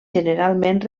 generalment